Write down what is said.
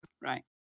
Right